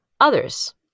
others